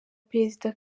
perezida